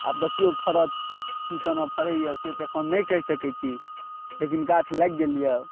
आब देखिऔ फरत की केना फरै यऽ से तऽ अखन नहि कही सकैत छी लेकिन गाछ लागि गेल यऽ